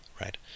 right